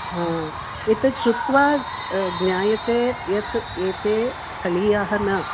हा एतत् श्रुत्वा ज्ञायते यत् एते स्थलीयाः न